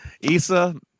Issa